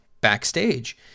backstage